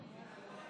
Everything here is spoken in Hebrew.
שלוש דקות לרשותך,